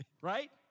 Right